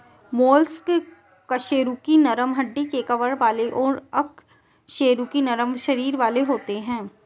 mollusc कशेरुकी नरम हड्डी के कवर वाले और अकशेरुकी नरम शरीर वाले होते हैं